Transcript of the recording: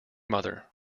mother